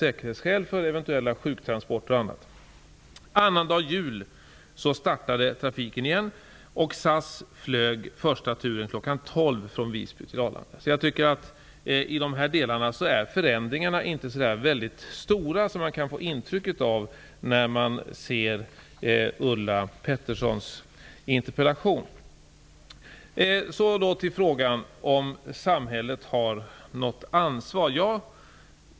Man har nämligen av säkerhetsskäl s.k. I dessa delar är förändringarna inte så stora som man kan få intryck av när man läser Ulla Så till frågan om samhället har något ansvar för detta.